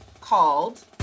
called